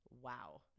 Wow